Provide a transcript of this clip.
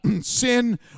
sin